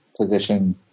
position